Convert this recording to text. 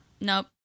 nope